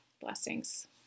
Blessings